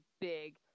big